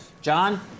John